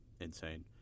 Insane